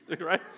right